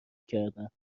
کردن